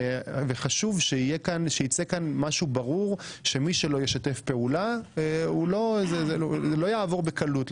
וחשוב שייצא כאן משהו ברור שמי שלא ישתף פעולה זה לא יעבור בקלות.